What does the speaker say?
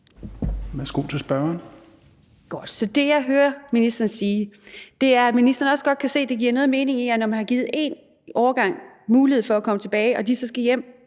Så det, jeg hører ministeren sige, er, at ministeren også godt kan se, at når man har givet en årgang mulighed for at komme tilbage og de så skal hjem